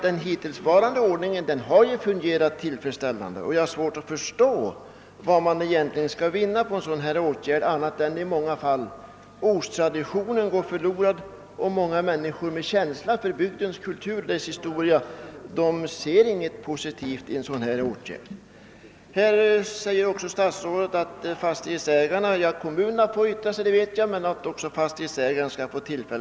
Den hittillsvarande ordningen har emellertid fungerat tillfredsställande, och jag har svårt att förstå vad man egentligen kan vinna på en sådan här åtgärd, alldenstund i många fall ortstraditionen går förlorad. Många människor med känsla för bygdens kultur och historia ser något värdefullt som därmed går förlorat. Statsrådet säger att fastighetsägarna kommer att få tillfälle att yttra sig — att kommunerna får göra det känner jag till.